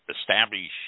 establish –